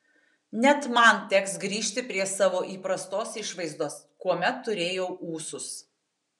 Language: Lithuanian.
net man teks grįžti prie savo įprastos išvaizdos kuomet turėjau ūsus